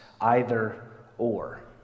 either-or